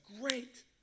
great